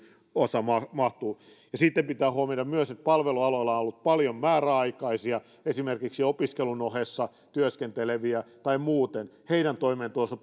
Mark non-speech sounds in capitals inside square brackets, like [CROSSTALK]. osa mahtuu sitten pitää huomioida myös että palvelualoilla on ollut paljon määräaikaisia esimerkiksi opiskelun ohessa työskenteleviä tai muuten heidän toimeentulonsa [UNINTELLIGIBLE]